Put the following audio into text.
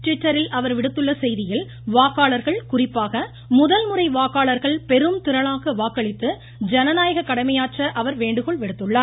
ட்விட்டரில் அவர் விடுத்துள்ள செய்தியில் வாக்காளர்கள் குறிப்பாக முதல்முறை வாக்காளர்கள் பெரும் திரளாக வாக்களித்து ஜனநாயக கடமையாற்ற அவர் வேண்டுகோள் விடுத்துள்ளார்